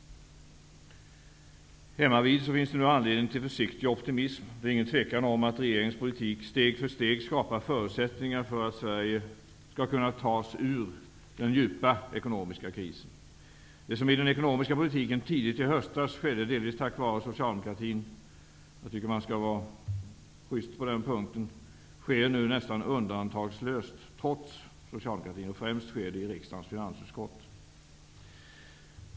Hemmavid finns det nu anledning till försiktig optimism. Det är inget tvivel om att regeringens politik steg för steg skapar förutsättningar för att Sverige skall kunna tas ur den djupa ekonomiska krisen. Det som skedde i den ekonomiska politiken tidigt i höstas delvis tack vare socialdemokratin -- jag tycker man skall vara sjyst på den punkten -- sker nu nästan undantagslöst trots socialdemokratin. Och främst sker det i riksdagens finansutskott.